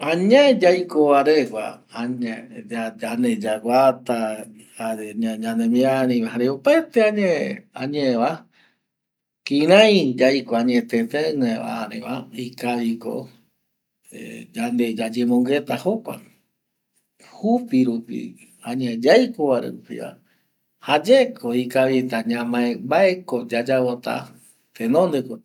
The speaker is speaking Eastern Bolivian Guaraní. Añae yaiko va regua, jare opaete añeva kirei yaikova añete regua ikavi ko añe ya yemongueta jokua jupirupi añe yaikova, jayae ko ikavita ñamae tenonde ko ti.